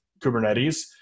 Kubernetes